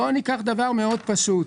בואו ניקח דבר מאוד פשוט.